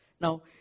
Now